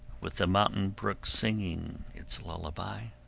with the mountain brook singing its lullaby,